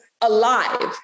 alive